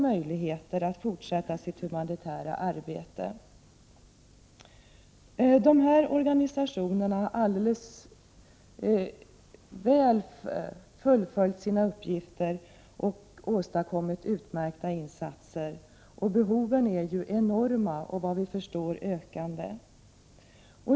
1988/89:83 forsätta sitt humanitära arbete. De här organisationerna har mycket väl 17 mars 1989 fullföljt sina uppgifter och åstadkommit utmärkta insatser. Behoven är enorma och, såvitt vi förstår, ökande.